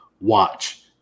watch